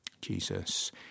Jesus